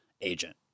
agent